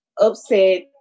upset